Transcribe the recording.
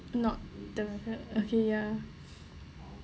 not the